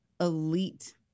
elite